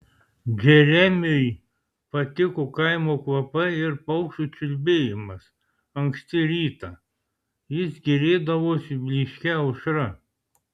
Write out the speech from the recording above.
džeremiui patiko kaimo kvapai ir paukščių čiulbėjimas anksti rytą jis gėrėdavosi blyškia aušra